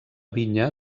vinya